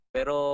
Pero